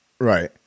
right